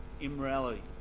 immorality